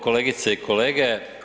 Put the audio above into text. Kolegice i kolege.